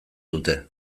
dute